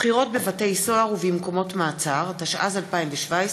(בחירות בבתי-סוהר ובמקומות מעצר), התשע"ז 2017,